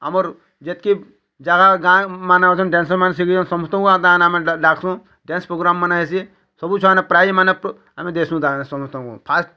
ଆମର୍ ଯେତ୍କି ଜାଗା ଗାଁ ମାନେ ଅଛନ୍ ଡ୍ୟାନ୍ସରମାନେ ସିନିୟର୍ ସମସ୍ତଙ୍କୁ ତା ମାନେ ଆମେ ଡାକ୍ସୁଁ ଡ୍ୟାନ୍ସ ପ୍ରୋଗ୍ରାମ୍ ମାନେ ହେସି ସବୁ ଛୁଆମାନେ ପ୍ରାଇଜ୍ମାନେ ଆମେ ଦେସୁଁ ତାଙ୍କ ସମସ୍ତଙ୍କୁ ଫାଷ୍ଟ୍